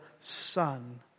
son